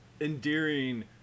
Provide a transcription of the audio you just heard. endearing